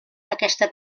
aquesta